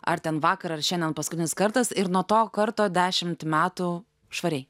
ar ten vakar ar šiandien paskutinis kartas ir nuo to karto dešimt metų švariai